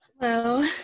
Hello